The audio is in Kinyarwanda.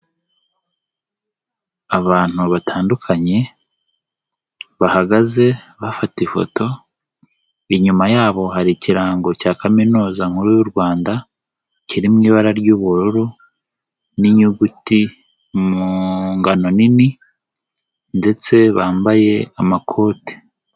Abantu batandukanye bahagaze bafata ifoto, inyuma yabo hari ikirango cya Kaminuza nkuru y'u Rwanda, kiri mu ibara ry'ubururu, n'inyuguti mu ngano nini, ndetse bambaye amakoti.